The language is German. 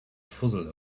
fussel